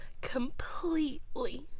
completely